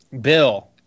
Bill